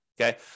Okay